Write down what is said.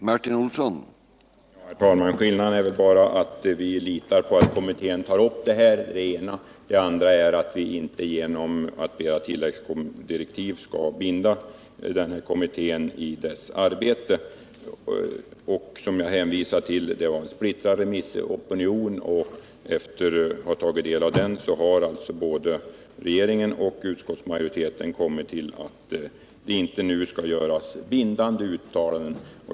Herr talman! Skillnaden är väl bara för det första att vi inom utskottsmajoriteten litar på att kommittén tar upp den här frågan och för det andra att vi inte genom tilläggsdirektiv vill binda kommittén i dess arbete. Remissopinionen har, som jag tidigare nämnde, varit splittrad. Efter att ha tagit del av den har både regeringen och utskottsmajoriteten kommit fram till att det inte nu skall göras bindande uttalanden.